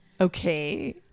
Okay